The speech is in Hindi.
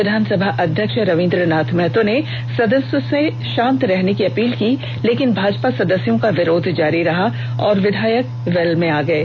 विधानसभा अध्यक्ष रविंद्रनाथ महतो ने सदस्यों से शांत रहने की अपील की लेकिन भाजपा सदस्यों का विरोध जारी रहा और विधायक बेल में आ गये